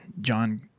John